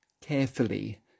carefully